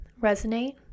resonate